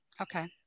Okay